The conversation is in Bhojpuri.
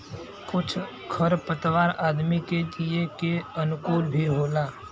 कुछ खर पतवार आदमी के जिये के अनुकूल भी होला